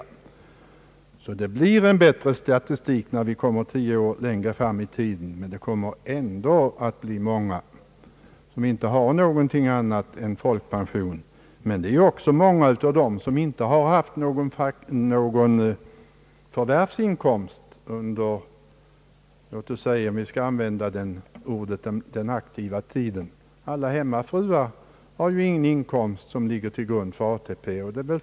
Det blir en bättre statistik, när vi kommer tio år framåt i tiden. Men det kommer ändå att bli många som inte får annat än folkpension. Många har nämligen inte haft någon förvärvsinkomst alls under låt oss säga den aktiva tiden; alla hemmafruar har ju ingen inkomst som ligger till grund för ATP.